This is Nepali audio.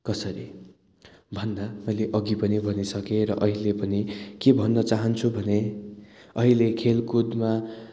कसरी भन्दा मैले अघि पनि भनिसकेँ र अहिले पनि के भन्न चाहन्छु भने अहिले खेलकुदमा